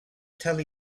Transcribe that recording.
tell